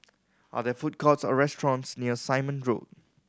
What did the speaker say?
are there food courts or restaurants near Simon Road